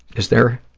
is there,